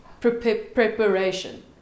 Preparation